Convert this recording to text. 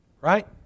Right